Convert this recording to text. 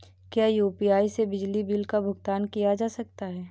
क्या यू.पी.आई से बिजली बिल का भुगतान किया जा सकता है?